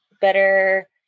better